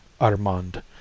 Armand